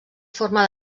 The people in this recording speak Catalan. forma